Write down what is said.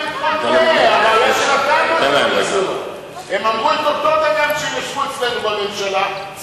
הם אמרו את אותו דבר כשהם ישבו אצלנו בממשלה.